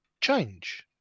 change